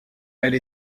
elle